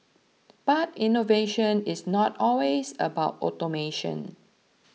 but innovation is not always about automation